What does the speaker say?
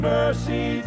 mercy